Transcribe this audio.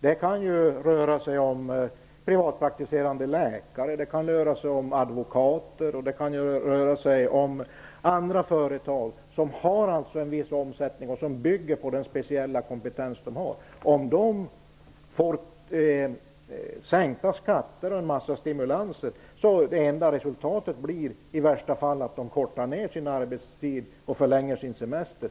Det kan röra sig om privatpraktiserande läkare, advokater eller andra företagare, som har en viss omsättning, som bygger på en speciell kompetens. Om de får sänkta skatter och en massa stimulanser blir det enda resultatet -- i värsta fall -- att de förkortar sin arbetstid och förlänger sin semester.